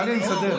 טלי, אני מסתדר.